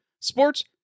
Sports